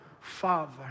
father